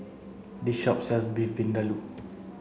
this shop sells Beef Vindaloo